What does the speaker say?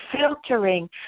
filtering